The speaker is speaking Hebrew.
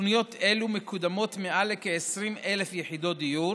בתוכניות אלו מקודמות מעל לכ-20,000 יחידות דיור